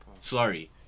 sorry